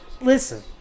listen